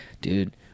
dude